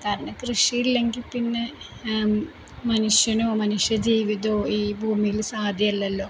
കാരണം കൃഷിയില്ലെങ്കില് പിന്നെ മനുഷ്യനോ മനുഷ്യ ജീവിതമോ ഈ ഭൂമിയില് സാധ്യമല്ലല്ലോ